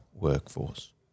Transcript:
workforce